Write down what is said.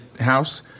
house